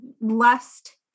lust